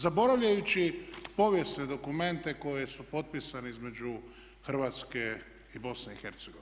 Zaboravljajući povijesne dokumente koji su potpisani između Hrvatske i BiH.